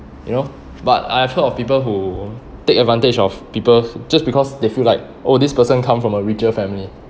you know but I have heard of people who take advantage of people just because they feel like oh this person come from a richer family